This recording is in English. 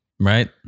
right